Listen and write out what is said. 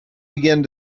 begin